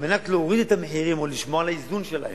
על מנת להוריד את המחירים או לשמור על האיזון שלהם,